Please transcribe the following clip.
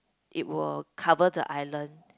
it will cover the island